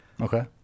Okay